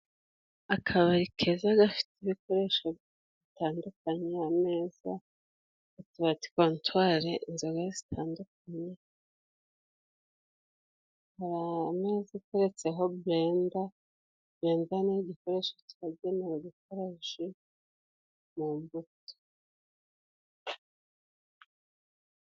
Akabari keza gafite ibikoresho bitandukanye, ameza, utubati, kontwari, inzoga zitandukanye, hari ameza ateretseho burenda, burenda ni igikoresho cyagenewe gukora ji mu mbuto.